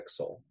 pixel